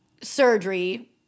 surgery